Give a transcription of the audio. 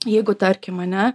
jeigu tarkim ane